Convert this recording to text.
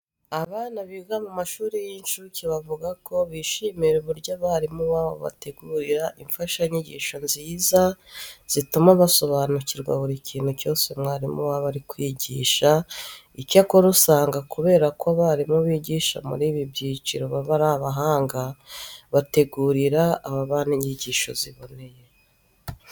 Abana biga mu mashuri y'incuke bavuga ko bishimira uburyo abarimu babo babategurira imfashanyigisho nziza zituma basobanukirwa buri kintu cyose mwarimu wabo ari kwigisha. Icyakora usanga kubera ko abarimu bigisha muri ibi byiciro baba ari abahanga, bategurira aba bana inyigisho ziboneye.